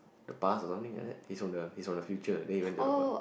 the past or something like that he's from the he's from the future then he went to the past